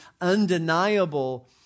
undeniable